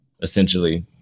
essentially